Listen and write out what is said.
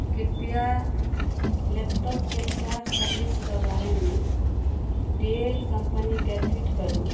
कृपया लैपटॉपके खराब सर्विसके बारेमे डेल कम्पनीके ट्वीट करू